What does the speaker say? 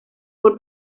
por